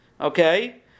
Okay